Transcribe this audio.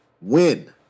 win